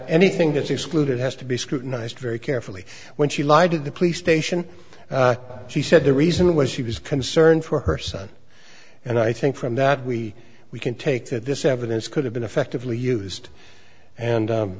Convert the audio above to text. anything is excluded has to be scrutinized very carefully when she lied to the police station she said the reason was she was concerned for her son and i think from that we we can take that this evidence could have been effectively used and